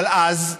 אבל אז,